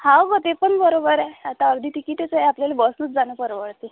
हो गं ते पण बरोबर आहे आता अर्धी तिकीटच आहे आपल्याला बसनंच जाणं परवडते